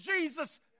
Jesus